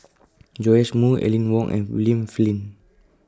Joash Moo Aline Wong and William Flint